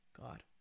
god